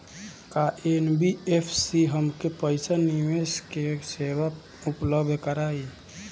का एन.बी.एफ.सी हमके पईसा निवेश के सेवा उपलब्ध कराई?